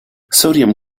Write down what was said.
sodium